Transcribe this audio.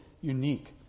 unique